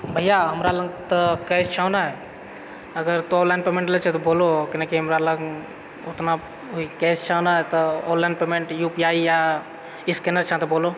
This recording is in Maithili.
भैया हमरा लग तऽ कैश छौ नहि अगर तों ऑनलाइन पेमेन्ट लै छऽ तऽ बोलू कैलाकि हमरा लग उतना कैश छऽ नहि तऽ online payment U P I या स्केनर छऽ तऽ बोलू